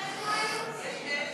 יש כאלה שמדברים ויש כאלה שעושים.